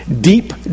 deep